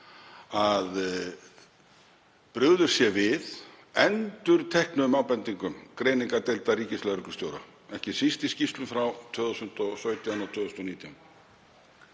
að brugðist sé við endurteknum ábendingum greiningardeildar ríkislögreglustjóra, ekki síst í skýrslu frá 2017 og 2019,